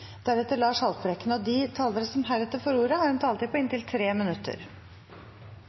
De talere som heretter får ordet, har en taletid på inntil 3 minutter.